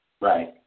Right